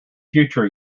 future